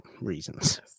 reasons